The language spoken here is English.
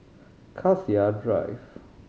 Cassia Drive